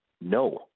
No